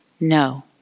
No